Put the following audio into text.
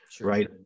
right